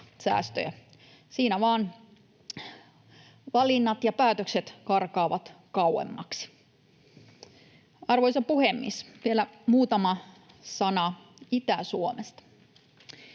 Siinä vaan valinnat ja päätökset karkaavat kauemmaksi. Arvoisa puhemies! Vielä muutama sana Itä-Suomesta.